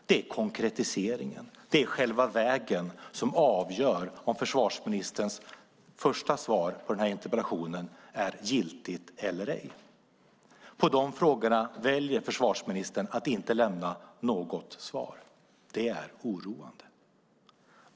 Det är konkretiseringen, det är själva vägen som avgör om försvarsministerns första svar på interpellationen är giltigt eller ej. På de frågorna väljer försvarsministern att inte lämna något svar. Det är oroande.